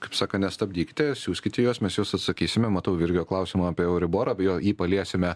kaip sakant nestabdykite siųskite juos mes į juos atsakysime matau virgio klausimą apie euriborą bejo jį paliesime